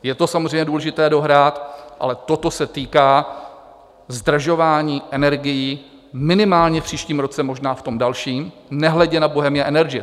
Je to samozřejmě důležité dohrát, ale toto se týká zdražování energií minimálně v příštím roce, možná v tom dalším, nehledě na Bohemia Energy.